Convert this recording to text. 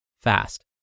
fast